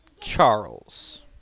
Charles